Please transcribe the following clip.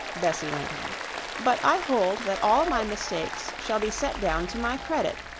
bessie went on but i hold that all my mistakes shall be set down to my credit.